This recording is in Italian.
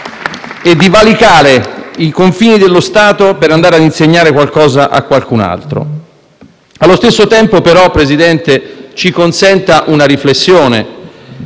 e di valicare i confini dello Stato per andare ad insegnare qualcosa a qualcun altro. Allo stesso tempo, però, Presidente, ci consenta una riflessione: